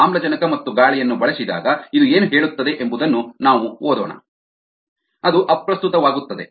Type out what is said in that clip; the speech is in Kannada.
ಆಮ್ಲಜನಕ ಮತ್ತು ಗಾಳಿಯನ್ನು ಬಳಸಿದಾಗ ಇದು ಏನು ಹೇಳುತ್ತದೆ ಎಂಬುದನ್ನು ನಾವು ಓದೋಣ ಅದು ಅಪ್ರಸ್ತುತವಾಗುತ್ತದೆ